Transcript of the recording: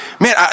man